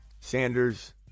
Sanders